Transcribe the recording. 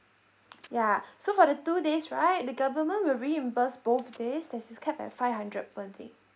yeah so for the two days right the government will reimburse both days that is capped at five hundred per day